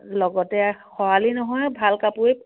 লগতে খৰালি নহয় ভাল কাপোৰে